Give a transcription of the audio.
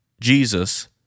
Jesus